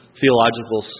theological